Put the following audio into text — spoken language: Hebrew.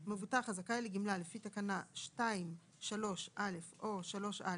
הזכאי לגמלה לפי תקנה 2(3)(א) או (3א)